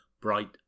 bright